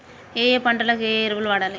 ఏయే పంటకు ఏ ఎరువులు వాడాలి?